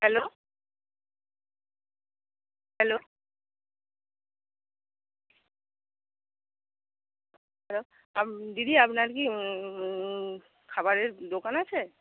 hello hello hello আম দিদি আপনার কি খাবারের দোকান আছে